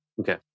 Okay